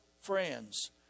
friends